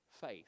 faith